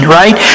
right